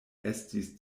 estis